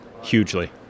hugely